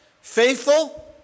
Faithful